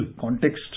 context